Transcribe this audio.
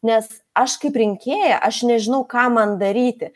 nes aš kaip rinkėja aš nežinau ką man daryti